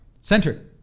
Center